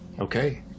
Okay